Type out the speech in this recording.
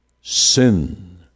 sin